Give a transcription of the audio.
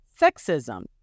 sexism